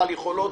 בעל יכולות